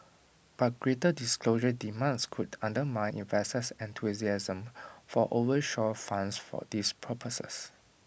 but greater disclosure demands could undermine enthusiasm for offshore funds for these purposes